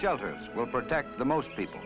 shelters will protect the most people